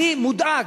אני מודאג.